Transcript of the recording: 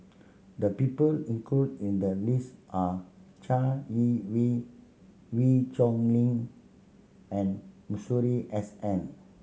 the people included in the list are Chai Yee Wei Wee Chong Ling and Masuri S N